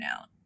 out